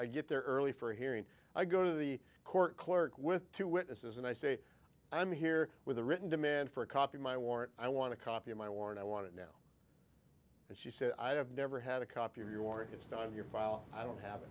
a get there early for a hearing i go to the court clerk with two witnesses and i say i'm here with a written demand for a copy of my warrant i want to copy my war and i want it now and she said i have never had a copy of your hits on your file i don't have